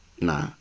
Nah